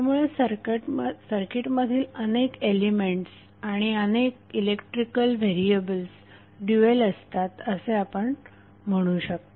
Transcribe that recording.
त्यामुळे सर्किटमधील अनेक एलिमेंट्स आणि अनेक इलेक्ट्रिकल व्हेरीएबल्स ड्यूएल असतात असे आपण म्हणू शकता